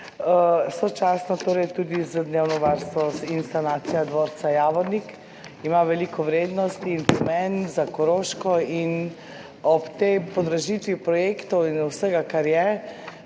torej tudi za dnevno varstvo. Sanacija dvorca Javornik ima veliko vrednost in pomen za Koroško. Ob tej podražitvi projektov in vsega, kar se